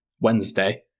Wednesday